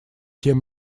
тем